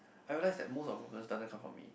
I realise that most of the problems doesn't come from me